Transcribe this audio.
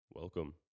Welcome